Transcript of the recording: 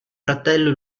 fratello